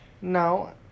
No